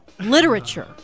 Literature